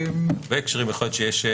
בהרבה הקשרים יכול להיות שיש פער,